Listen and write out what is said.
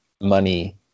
money